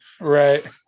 right